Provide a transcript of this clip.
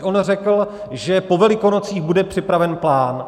On řekl, že po Velikonocích bude připraven plán.